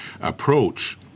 approach